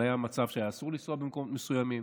אבל היה מצב שאסור היה לנסוע במקומות מסוימים,